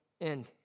end